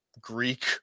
Greek